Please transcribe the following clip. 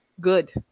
good